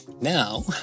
now